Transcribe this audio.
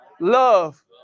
love